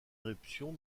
éruption